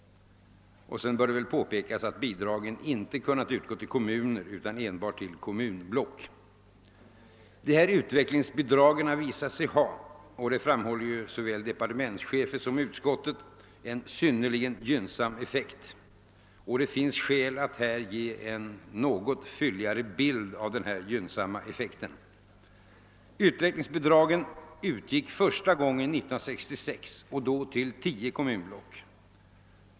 Det bör påpekas att bidragen inte kan utgå till kommuner utan enbart till kommunblock. Utvecklingsbidragen har visat sig ha — det framhåller såväl departementschefen som utskottet — en synnerligen gynnsam effekt. Det finns skäl att här ge en något fylligare bild av denna gynnsamma effekt. Utvecklingsbidrag utgick första gången 1966 och då till tio kommunblock.